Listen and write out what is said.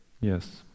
Yes